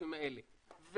ביישובים האלה.